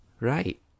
Right